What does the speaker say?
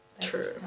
True